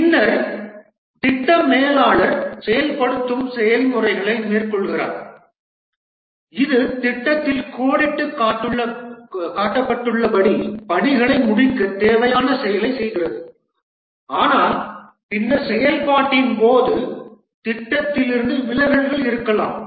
பின்னர் திட்ட மேலாளர் செயல்படுத்தும் செயல்முறைகளை மேற்கொள்கிறார் இது திட்டத்தில் கோடிட்டுக் காட்டப்பட்டுள்ளபடி பணிகளை முடிக்க தேவையான செயலைச் செய்கிறது ஆனால் பின்னர் செயல்பாட்டின் போது திட்டத்திலிருந்து விலகல்கள் இருக்கலாம்